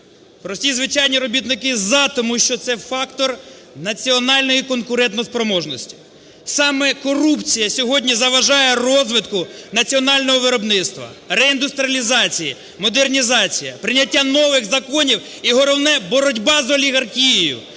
Прості звичайні робітники "за", тому що це фактор національної конкурентоспроможності. Саме корупція сьогодні заважає розвитку національного виробництва, реіндустріалізації, модернізації, прийняття нових законів і головне – боротьба з олігархією,